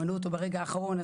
מנעו ממנו ברגע האחרון.